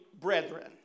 brethren